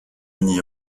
uni